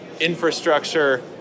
infrastructure